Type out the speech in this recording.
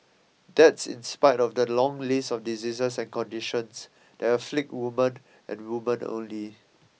that's in spite of the long list of diseases and conditions that afflict women and women only